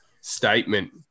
statement